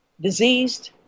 diseased